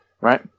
Right